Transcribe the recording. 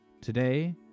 today